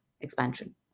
expansion